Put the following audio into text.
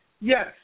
Yes